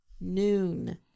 noon